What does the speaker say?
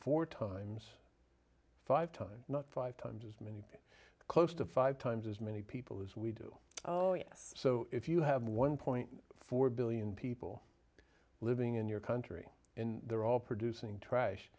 four times five times not five times as many close to five times as many people as we do oh yes so if you have one point four billion people living in your country they're all producing trash